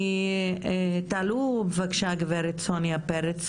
אני רוצה לתת את רשות הדיבור לגברת סוניה פרץ,